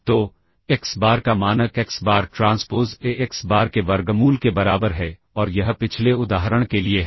तो x bar का मानक x bar transpose A x bar के वर्गमूल के बराबर है और यह पिछले उदाहरण के लिए है